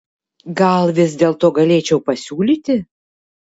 gal vis dėlto galėčiau pasiūlyti